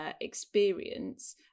experience